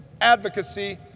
advocacy